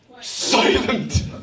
silent